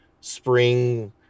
spring